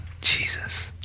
Jesus